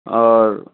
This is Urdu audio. اور